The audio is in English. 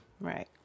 Right